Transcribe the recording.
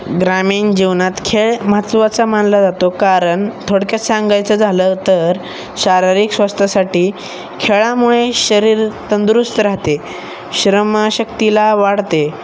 ग्रामीण जीवनात खेळ महत्त्वाचा मानला जातो कारण थोडक्याच सांगायचं झालं तर शारीरिक स्वस्थसाठी खेळामुळे शरीर तंदुरुस्त राहते श्रमशक्तीला वाढते